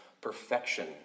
perfection